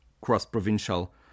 cross-provincial